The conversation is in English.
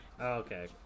Okay